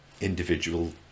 individual